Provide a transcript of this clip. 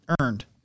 earned